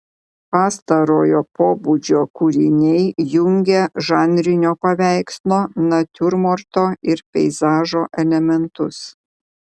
pastarojo pobūdžio kūriniai jungė žanrinio paveikslo natiurmorto ir peizažo elementus